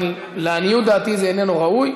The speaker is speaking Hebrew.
לעניות דעתי זה לא ראוי,